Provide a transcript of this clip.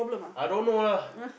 I don't know ah